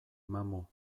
mamu